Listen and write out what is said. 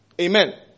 Amen